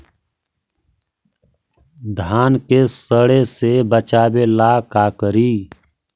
धान के सड़े से बचाबे ला का करि?